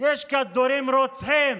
יש כדורים רוצחים.